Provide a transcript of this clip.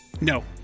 No